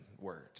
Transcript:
word